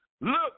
Look